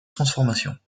transformations